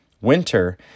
winter